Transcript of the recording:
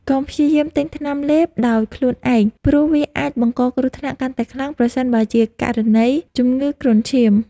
កុំព្យាយាមទិញថ្នាំលេបដោយខ្លួនឯងព្រោះវាអាចបង្កគ្រោះថ្នាក់កាន់តែខ្លាំងប្រសិនបើជាករណីជំងឺគ្រុនឈាម។